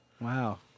Wow